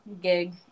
gig